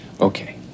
Okay